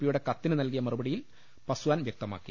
പിയുടെ കത്തിന് നൽകിയ മറുപടിയിൽ പസ്വാൻ വ്യക്തമാക്കി